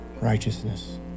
righteousness